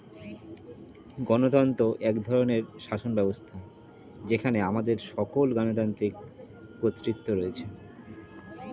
গণতন্ত্র এক ধরনের শাসনব্যবস্থা যেখানে আমাদের সকল গণতান্ত্রিক কর্তৃত্ব রয়েছে